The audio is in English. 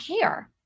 care